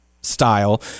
style